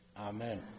amen